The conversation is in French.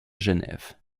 genève